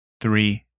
Three